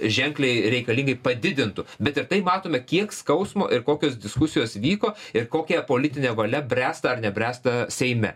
ženkliai reikalingai padidintų bet ir tai matome kiek skausmo ir kokios diskusijos vyko ir kokia politinė valia bręsta ar nebręsta seime